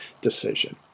decision